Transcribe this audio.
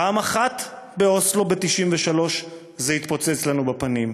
פעם אחת, באוסלו ב-1993, זה התפוצץ לנו בפנים,